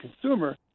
consumer